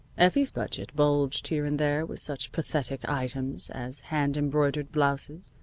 effie's budget bulged here and there with such pathetic items as hand-embroidered blouses,